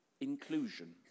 inclusion